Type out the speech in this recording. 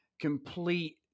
complete